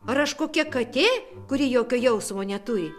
ar aš kokia katė kuri jokio jausmo neturi